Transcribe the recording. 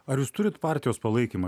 ar jūs turit partijos palaikymą